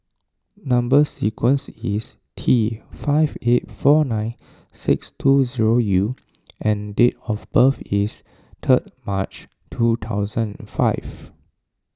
Number Sequence is T five eight four nine six two zero U and date of birth is third March two thousand five